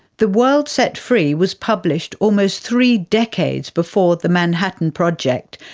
the world set free was published almost three decades before the manhattan project,